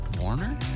Warner